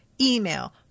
email